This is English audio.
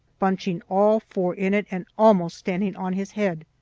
bunching all four in it and almost standing on his head.